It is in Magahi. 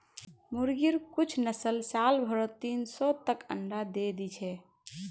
मुर्गिर कुछ नस्ल साल भरत तीन सौ तक अंडा दे दी छे